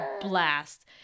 blast